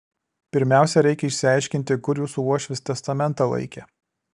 pirmiausia reikia išsiaiškinti kur jūsų uošvis testamentą laikė